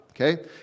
okay